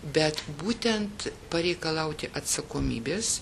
bet būtent pareikalauti atsakomybės